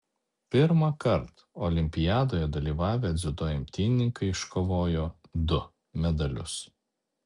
pirmąkart olimpiadoje dalyvavę dziudo imtynininkai iškovojo du medalius